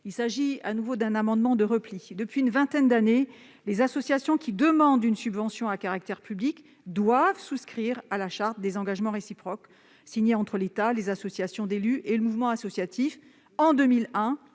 Il s'agit de nouveau d'un amendement de repli. Depuis une vingtaine d'années, les associations qui demandent une subvention à caractère public doivent souscrire à la charte des engagements réciproques, signée entre l'État, les associations d'élus et le mouvement associatif en 2001